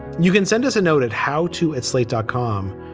you can send us a note at how to at slate dot com,